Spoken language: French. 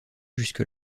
jusque